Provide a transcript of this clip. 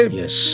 yes